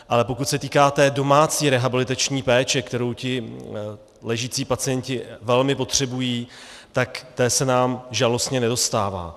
Ale pokud se týká té domácí rehabilitační péče, kterou ti ležící pacienti velmi potřebují, tak té se nám žalostně nedostává.